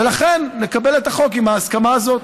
ולכן נקבל את החוק עם ההסכמה הזאת.